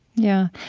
yeah.